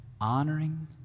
honoring